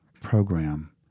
program